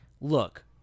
look